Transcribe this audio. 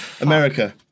America